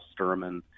sturman